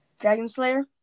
Dragonslayer